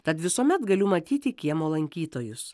tad visuomet galiu matyti kiemo lankytojus